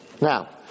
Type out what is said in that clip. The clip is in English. now